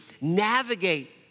navigate